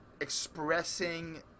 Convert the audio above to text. expressing